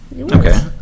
Okay